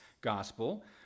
gospel